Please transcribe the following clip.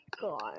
god